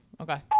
Okay